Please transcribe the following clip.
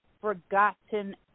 forgotten